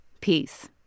Peace